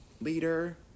leader